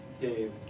Dave